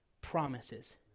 promises